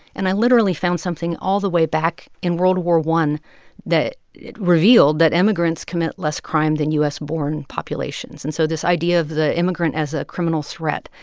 and i literally found something all the way back in world war i that revealed that immigrants commit less crime than u s born populations. and so this idea of the immigrant as a criminal threat,